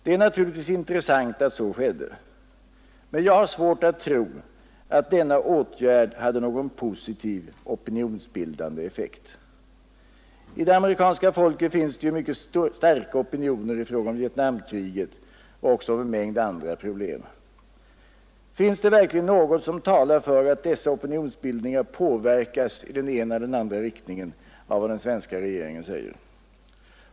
Det är naturligtvis intressant att så skedde, men jag har svårt att tro att denna åtgärd hade någon positiv opinionsbildande effekt. I det amerikanska folket finns det ju mycket starka opinioner i fråga om Vietnamkriget och även i fråga om en mängd andra problem. Finns det verkligen något som talar för att dessa opinionsbildningar påverkas i den ena eller andra riktningen av vad den svenska regeringen säger?